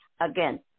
Again